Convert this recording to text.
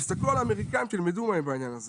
תסתכלו על האמריקאים, תלמדו מהם בעניין הזה.